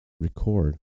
record